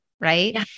Right